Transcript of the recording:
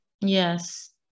yes